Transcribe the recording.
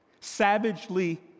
savagely